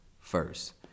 first